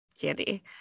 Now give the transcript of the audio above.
candy